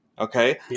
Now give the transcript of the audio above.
Okay